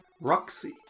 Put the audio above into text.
Roxy